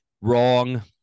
Wrong